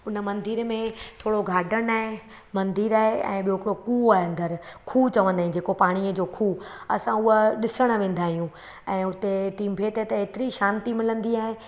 उन मंदर में थोरो गाडन आहे मंदरु आहे ऐं ॿियो हिकिड़ो कूंओ आहे अंदरि ख़ूह चवंदा आहियूं जेको पाणीअ जो ख़ूह असां उहो ॾिसण वेंदा आहियूं ऐं उते टिंबे ते एतिरी शांती मिलंदी आहे